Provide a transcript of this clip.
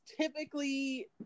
typically